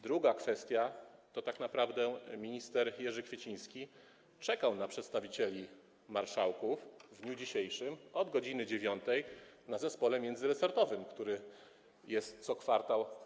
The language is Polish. Druga kwestia - to tak naprawdę minister Jerzy Kwieciński czekał na przedstawicieli marszałków w dniu dzisiejszym od godz. 9 na posiedzeniu zespołu międzyresortowego, które jest co kwartał.